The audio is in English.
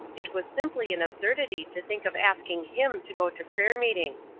it was simply an absurdity to think of asking him to go to prayer-meeting!